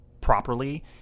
properly